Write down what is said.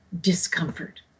discomfort